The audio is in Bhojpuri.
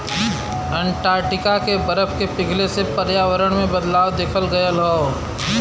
अंटार्टिका के बरफ के पिघले से पर्यावरण में बदलाव देखल गयल हौ